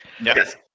Yes